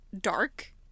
dark